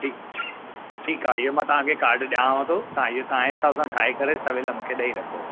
ठीकु ठीकु आहे इहो मां तव्हां खे कार्ड ॾियांव थो तव्हां इहो तव्हां जे हिसाब सां ठाहे करे सवेल मूंखे ॾेई रखो